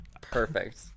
Perfect